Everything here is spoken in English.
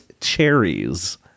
cherries